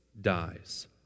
dies